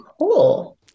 cool